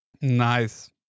Nice